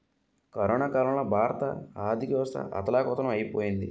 corona కాలంలో భారత ఆర్థికవ్యవస్థ అథాలకుతలం ఐపోయింది